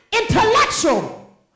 Intellectual